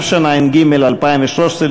התשע"ג 2013,